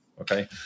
okay